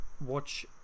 watch